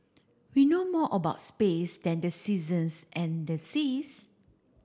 we know more about space than the seasons and the seas